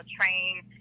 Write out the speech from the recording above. train